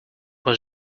was